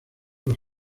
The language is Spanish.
los